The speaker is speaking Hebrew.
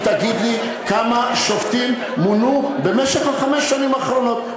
אם תגיד לי כמה שופטים מונו בחמש שנים האחרונות,